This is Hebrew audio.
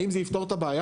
האם זה יפתור את הבעיה?